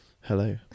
Hello